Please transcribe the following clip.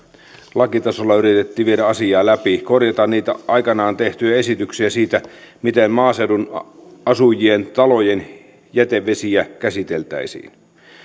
lakitasolla yritettiin viedä asiaa läpi korjata niitä aikanaan tehtyjä esityksiä siitä miten maaseudun asujien talojen jätevesiä käsiteltäisiin